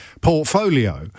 portfolio